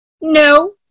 No